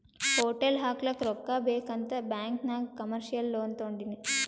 hotel ಹಾಕ್ಲಕ್ ರೊಕ್ಕಾ ಬೇಕ್ ಅಂತ್ ಬ್ಯಾಂಕ್ ನಾಗ್ ಕಮರ್ಶಿಯಲ್ ಲೋನ್ ತೊಂಡಿನಿ